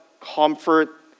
comfort